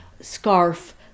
scarf